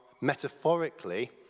metaphorically